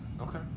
Okay